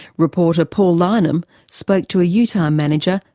reporter paul lyneham spoke to a utah manager,